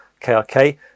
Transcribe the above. KRK